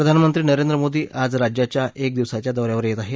प्रधानमंत्री नरेंद्र मोदी आज राज्याच्या एक दिवसाच्या दौऱ्यावर येत आहेत